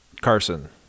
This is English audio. Carson